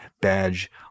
badge